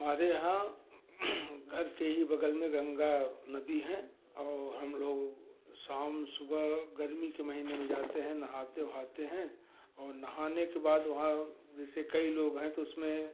हमारे यहाँ घर के ही बगल में गंगा नदी हैं और हम लोग शाम सुबह गर्मी के महीने में जाते हैं नहाते ओहाते हैं और नहाने के बाद वहाँ जैसे कई लोग हैं तो उसमें